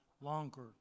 longer